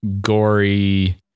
gory